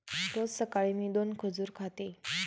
रोज सकाळी मी दोन खजूर खाते